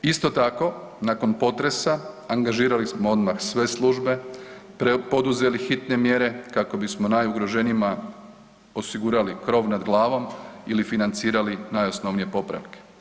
Isto tako, nakon potresa angažirali smo odmah sve službe, poduzeli hitne mjere kako bismo najugroženijima osigurali krov nad glavom ili financirali najosnovniji popravke.